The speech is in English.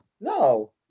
No